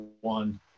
one